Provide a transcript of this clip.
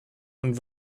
und